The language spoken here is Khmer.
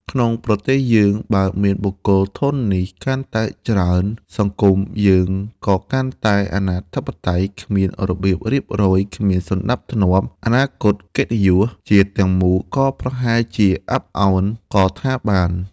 ក្នុងប្រទេសយើងបើមានបុគ្គលធន់នេះកាន់តែច្រើន សង្គមយើងក៏កាន់តែអនាធិបតេយ្យ គ្មានរបៀបរៀបរយ គ្មានសណ្តាប់ធ្នាប់ អនាគតកិត្តិយស ជាតិទាំងមូលក៏ប្រហែលជាអាប់ឱនក៏ថាបាន។